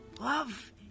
Love